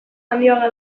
handiagoa